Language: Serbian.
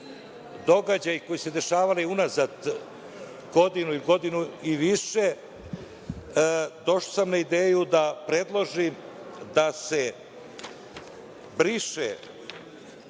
događaje koji su se dešavali unazad godinu, godinu i više, došao sam na ideju da predložim da se briše